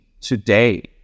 today